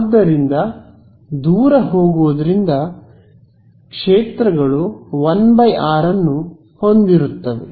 ಅದರಿಂದ ದೂರ ಹೋಗುವುದರಿಂದ ಕ್ಷೇತ್ರಗಳು 1 r ಅನ್ನು ಹೊಂದಿರುತ್ತವೆ